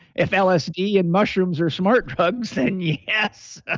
if lsd and mushrooms are smart drugs then yeah yes. ah